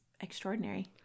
extraordinary